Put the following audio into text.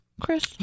Chris